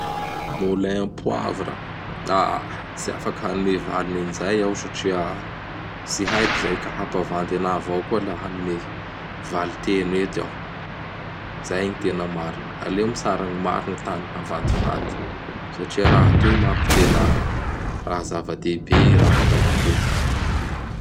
Moulin à poivre! Tsy afaky hanome valiny agn'izay iaho satria tsy haiko izay ka hampavandy anahy avao koa hala hanome valiteny eto iaho.